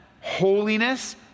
holiness